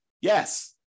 Yes